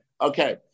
okay